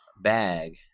bag